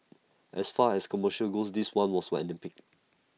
as far as commercials go this one was an epic